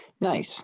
Nice